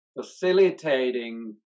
facilitating